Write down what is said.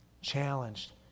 challenged